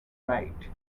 right